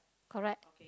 correct